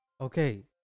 Okay